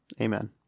Amen